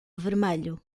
vermelho